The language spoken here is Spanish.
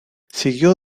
siguió